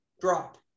drop